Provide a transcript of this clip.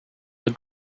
the